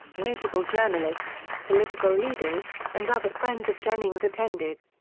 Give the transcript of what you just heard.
notable journalists, political leaders, and other friends of jennings attended.